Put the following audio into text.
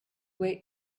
wait